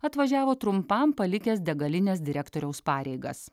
atvažiavo trumpam palikęs degalinės direktoriaus pareigas